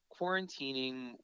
quarantining